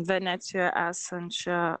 venecijoje esančia